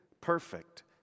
perfect